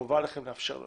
וחובה עליכם לאפשר לו.